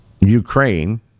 Ukraine